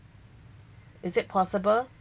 is it possible